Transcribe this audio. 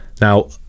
Now